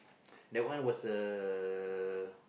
that one was ah